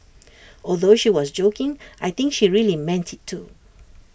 although she was joking I think she really meant IT too